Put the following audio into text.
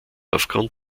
aufgrund